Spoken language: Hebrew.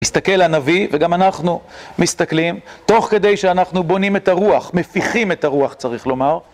מסתכל הנביא וגם אנחנו מסתכלים תוך כדי שאנחנו בונים את הרוח, מפיחים את הרוח צריך לומר.